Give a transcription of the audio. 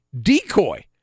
decoy